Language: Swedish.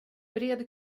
bred